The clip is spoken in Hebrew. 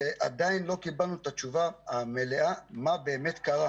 ועדיין לא קיבלנו את התשובה המלאה מה באמת קרה.